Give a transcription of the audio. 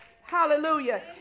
hallelujah